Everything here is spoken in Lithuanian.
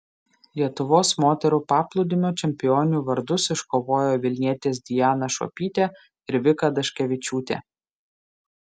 lietuvos moterų paplūdimio čempionių vardus iškovojo vilnietės diana šuopytė ir vika daškevičiūtė